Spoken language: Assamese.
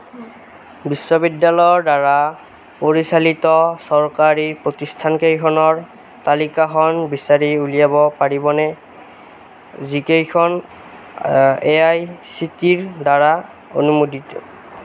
বিশ্ববিদ্যালয়ৰ দ্বাৰা পৰিচালিত চৰকাৰী প্ৰতিষ্ঠানকেইখনৰ তালিকাখন বিচাৰি উলিয়াব পাৰিবনে যিকেইখন এ আই চি টি ইৰ দ্বাৰা অনুমোদিত